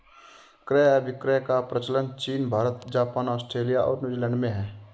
क्रय अभिक्रय का प्रचलन चीन भारत, जापान, आस्ट्रेलिया और न्यूजीलैंड में है